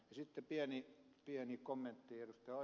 sitten pieni kommentti ed